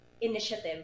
Initiative